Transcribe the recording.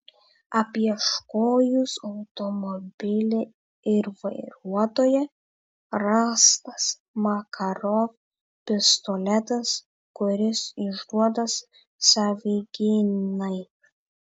apieškojus automobilį ir vairuotoją rastas makarov pistoletas kuris išduotas savigynai